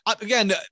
again